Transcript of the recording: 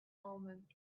omens